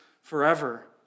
forever